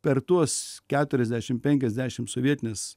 per tuos keturiasdešim penkiasdešim sovietinės